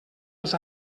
els